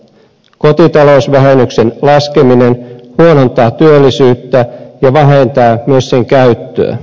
kotitalousvähennyksen laskeminen huonontaa työllisyyttä ja vähentää myös sen käyttöä